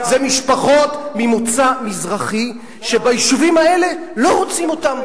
זה משפחות ממוצא מזרחי שביישובים האלה לא רוצים אותן.